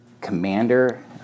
Commander